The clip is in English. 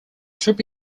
should